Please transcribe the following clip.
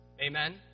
Amen